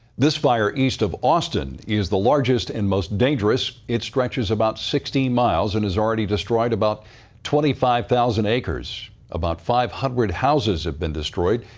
this fire east of austin is the largest and most dangerous. it stretches about sixteen miles and has already destroyed about twenty five thousand acres. about five hundred houses have been destroyed.